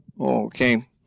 okay